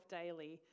daily